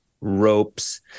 ropes